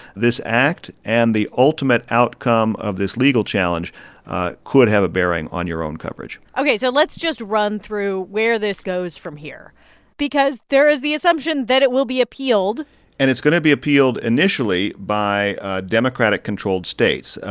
this act and the ultimate outcome of this legal challenge could have a bearing on your own coverage ok. so let's just run through where this goes from here because there is the assumption that it will be appealed and it's going to be appealed initially by democratic-controlled states.